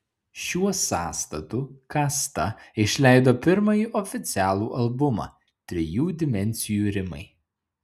šiuo sąstatu kasta išleido pirmąjį oficialų albumą trijų dimensijų rimai